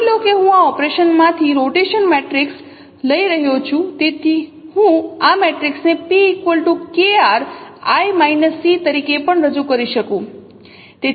માની લો કે હું આ ઓપરેશનમાંથી રોટેશન મેટ્રિક્સ લઈ રહ્યો છું તેથી હું આ મેટ્રિક્સને p KRI | C તરીકે પણ રજૂ કરી શકું